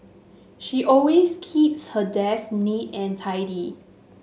she always keeps her desk neat and tidy